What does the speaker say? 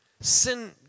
Sin